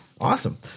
awesome